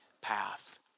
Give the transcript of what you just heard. path